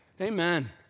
Amen